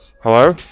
Hello